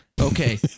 Okay